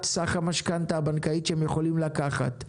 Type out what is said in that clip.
סך המשכנתה הבנקאית שהם יכולים לקחת,